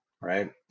right